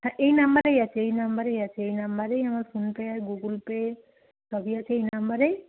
হ্যাঁ এই নাম্বারেই আছে এই নাম্বারেই আছে এই নাম্বারেই আমার ফোনপে আর গুগল পে সবই আছে এই নাম্বারেই